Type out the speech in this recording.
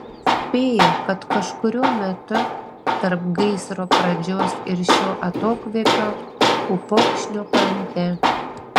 spėjo kad kažkuriuo metu tarp gaisro pradžios ir šio atokvėpio upokšnio krante